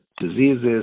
diseases